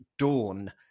Dawn